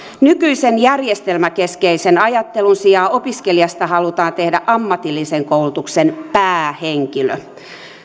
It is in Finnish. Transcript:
nykyisen järjestelmäkeskeisen ajattelun sijaan opiskelijasta halutaan tehdä ammatillisen koulutuksen päähenkilö